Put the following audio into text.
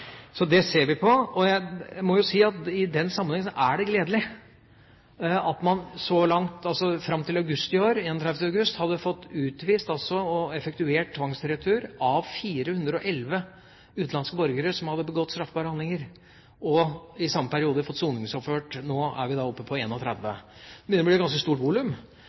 Det ser vi på, og jeg må jo si at i den sammenheng er det gledelig at vi så langt – fram til 31. august i år – har fått utvist og fått effektuert tvangsretur av 411 utenlandske borgere som har begått straffbare handlinger, og i samme periode fått soningsoverført – nå er vi oppe i – 31. Det blir et ganske stort volum.